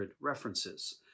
references